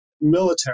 military